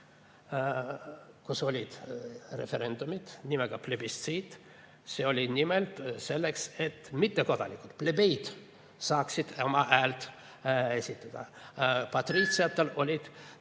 kus olid referendumid nimega plebitsiid, see oli nimelt selleks, et mittekodanikud, plebeid, saaksid oma häält esitada. Patriitsidel olid